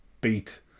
beat